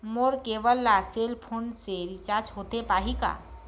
मोर cable ला cell phone से recharge होथे पाही का?